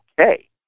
okay